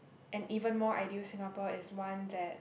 and even more ideal Singapore is one that